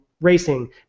racing